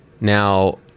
Now